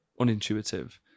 unintuitive